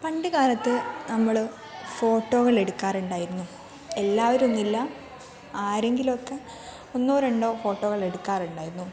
പണ്ടുകാലത്ത് നമ്മൾ ഫോട്ടോകളെടുക്കാറുണ്ടായിരുന്നു എല്ലാവരൊന്നുമില്ല ആരെങ്കിലുമൊക്കെ ഒന്നോ രണ്ടോ ഫോട്ടോകൾ എടുക്കാറുണ്ടായിരുന്നു